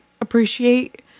appreciate